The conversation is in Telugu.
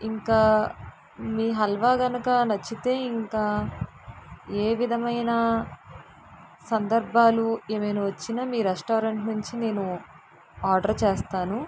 ఇంకా మీ హల్వా కనుక నచ్చితే ఇంకా ఏవిధమైన సందర్భాలు ఏమైనా వచ్చినా మీ రెస్టారెంట్ నుంచి నేను ఆర్డర్ చేస్తాను